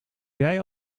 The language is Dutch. jij